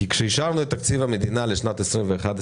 כשאישרנו את תקציב המדינה לשנת 2022-2021,